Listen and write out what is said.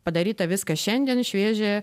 padaryta viskas šiandien šviežia